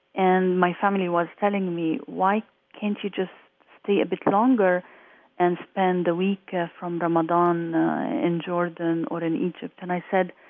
and my family was telling me, why can't you just stay a bit longer and spend the week from ramadan in jordan or in egypt? and i said,